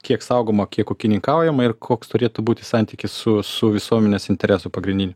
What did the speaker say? kiek saugoma kiek ūkininkaujama ir koks turėtų būti santykis su su visuomenės interesu pagrindiniu